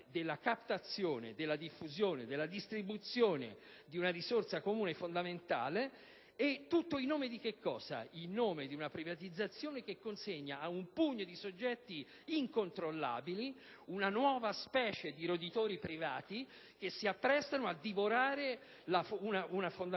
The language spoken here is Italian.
della captazione, della diffusione e della distribuzione di una risorsa comune fondamentale e tutto ciò in nome di una privatizzazione che consegna ad un pugno di soggetti incontrollabili, una nuova specie di roditori privati che si apprestano a divorarla, una fondamentale